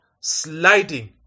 sliding